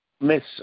Miss